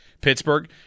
Pittsburgh